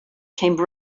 came